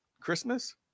christmas